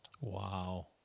Wow